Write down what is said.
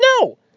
No